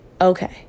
okay